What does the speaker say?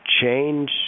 change